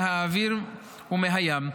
מהאוויר ומהים,